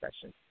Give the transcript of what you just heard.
session